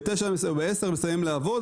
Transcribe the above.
ב-10 הם מסיימים לעבוד.